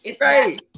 Right